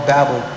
Babel